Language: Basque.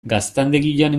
gaztandegian